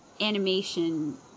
animation